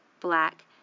black